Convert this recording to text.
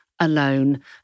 alone